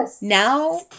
now